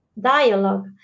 dialogue